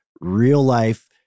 real-life